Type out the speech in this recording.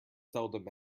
seldom